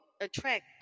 attract